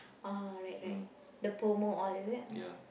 um yeah